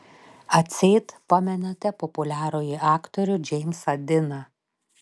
atseit pamenate populiarųjį aktorių džeimsą diną